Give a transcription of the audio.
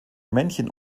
männchen